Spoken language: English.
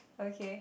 okay